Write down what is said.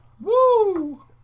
Woo